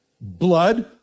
Blood